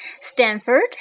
Stanford